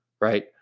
right